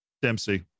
Dempsey